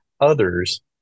others